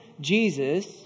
Jesus